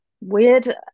weird